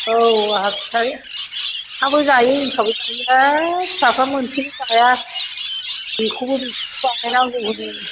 औ आंहा फिथा फिथाबो जायो एन्थाबबो जायो हाय फिसाफ्रा मोसेल' जाया बेखौबो बेखौबो बानायनांगौ होनो